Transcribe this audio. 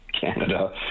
Canada